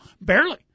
barely